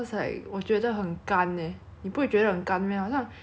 那个皮有这样脆 then 又这样干我觉得